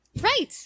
Right